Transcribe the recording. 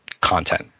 content